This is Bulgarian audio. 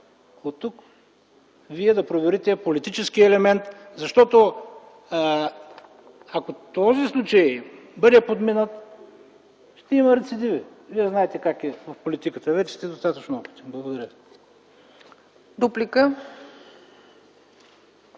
оттук Вие да проверите политическия елемент, защото ако този случай бъде подминат, ще има рецидиви. Вие знаете как е в политиката, вече сте достатъчно опитен. Благодаря.